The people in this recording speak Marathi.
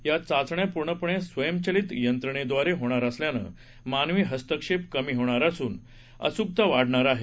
या चाचण्या पूर्णपणे स्वयंचलित यंत्रणेद्वारे होणार असल्याने मानवी हस्तक्षेप कमी होणार असून अचूकता वाढणार आहे